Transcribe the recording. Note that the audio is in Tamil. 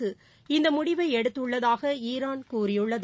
ஆனால் இந்தமுடிவைஎடுத்துள்ளதாகாரான் கூறியுள்ளது